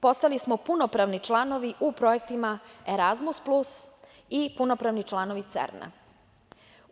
Postali smo punopravni članovi u projektima Erazmus plus i punopravni članovi CERN-a.